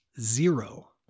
zero